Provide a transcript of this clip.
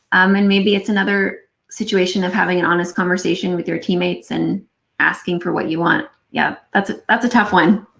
um and maybe it's another situation of having an honest conversation with your team-mates and asking for what you want. yeah that's ah that's a tough one.